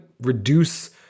reduce